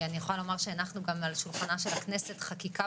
אני יכולה לומר שהנחנו על שולחנה של הכנסת חקיקה